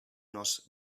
nos